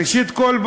ראשית כול,